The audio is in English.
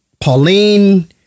Pauline